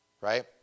right